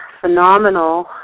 phenomenal